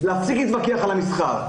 להפסיק להתווכח על המסחר.